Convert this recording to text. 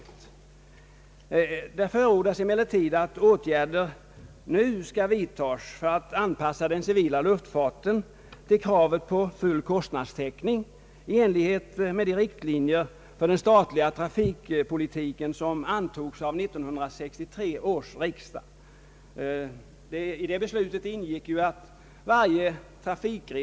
Det förordas, att åtgärder nu skall vidtas för att anpassa den civila luftfarten till kravet på full kostnadstäckning i enlighet med de riktlinjer för den statliga trafikpolitiken, som antogs av 1963 års riksdag.